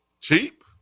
cheap